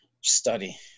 study